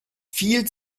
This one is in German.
viel